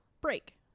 break